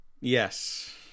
Yes